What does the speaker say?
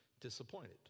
disappointed